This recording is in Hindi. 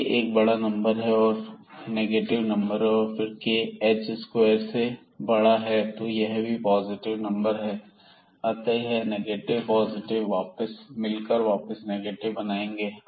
के एक बड़ा नंबर है और यह नेगेटिव नंबर है और फिर k h स्क्वेयर के से बड़ा है तो यह भी पॉजिटिव नंबर है अतः यह नेगेटिव पॉजिटिव मिलकर वापस नेगेटिव बनाएंगे